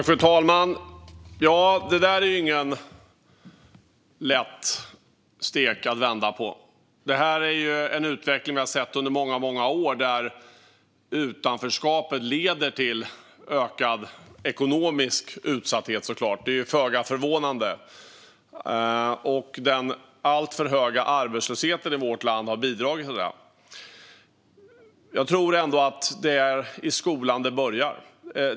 Fru talman! Ja, det där är ingen lätt stek att vända på. Vi har under många år sett en utveckling där utanförskapet leder till ökad ekonomisk utsatthet, vilket är föga förvånande. Den alltför höga arbetslösheten i vårt land har bidragit till det. Jag tror ändå att det är i skolan det börjar.